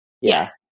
Yes